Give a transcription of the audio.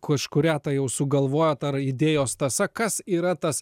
kažkurią tą jau sugalvojot ar idėjos tąsa kas yra tas